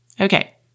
Okay